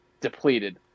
depleted